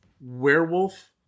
werewolf